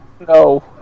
No